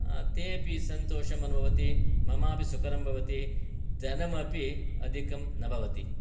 ते अपि सन्तोषम् अनुभवति ममापि सुकरं भवति धनमपि अधिकं न भवति